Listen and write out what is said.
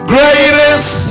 Greatest